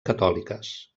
catòliques